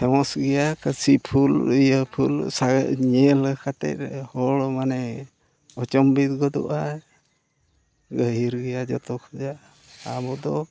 famous ᱜᱮᱭᱟ ᱠᱟᱹᱥᱤᱯᱷᱩᱞ ᱤᱭᱟᱹ ᱯᱷᱩᱞ ᱧᱮᱞ ᱠᱟᱛᱮᱫ ᱦᱚᱲ ᱢᱟᱱᱮ ᱟᱪᱚᱢᱵᱤᱛ ᱜᱚᱫᱚᱜᱼᱟ ᱜᱟᱹᱦᱤᱨ ᱜᱮᱭᱟ ᱡᱚᱛᱚ ᱠᱷᱚᱭᱟᱜ ᱟᱵᱚ ᱫᱚ